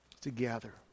together